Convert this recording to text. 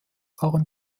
waren